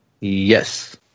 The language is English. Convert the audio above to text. Yes